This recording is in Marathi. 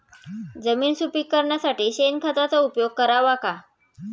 जमीन सुपीक करण्यासाठी शेणखताचा उपयोग करावा का?